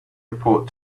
report